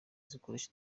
zikoresha